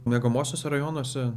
miegamuosiuose rajonuose